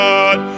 God